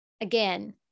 again